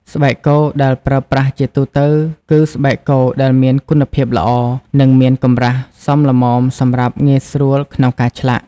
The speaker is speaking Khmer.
ស្បែកគោដែលប្រើប្រាស់ជាទូទៅគឺស្បែកគោដែលមានគុណភាពល្អ និងមានកម្រាស់សមល្មមសម្រាប់ងាយស្រួលក្នុងការឆ្លាក់។